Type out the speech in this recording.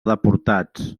deportats